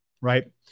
right